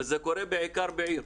וזה קורה בעיקר בעיר.